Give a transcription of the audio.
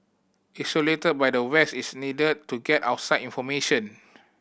isolated by the West it's needed to get outside information